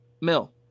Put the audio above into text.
Mill